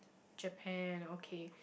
Japan okay